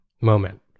moment